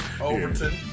Overton